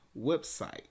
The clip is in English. Website